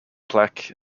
plaque